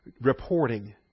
reporting